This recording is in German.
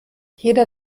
jeder